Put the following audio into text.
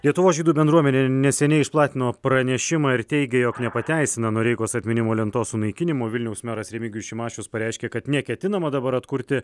lietuvos žydų bendruomenė neseniai išplatino pranešimą ir teigė jog nepateisina noreikos atminimo lentos sunaikinimo vilniaus meras remigijus šimašius pareiškė kad neketinama dabar atkurti